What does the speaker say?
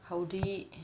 好的